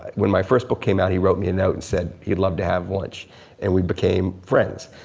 when my first book came out he wrote me a note and said he'd love to have lunch and we became friends.